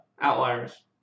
Outliers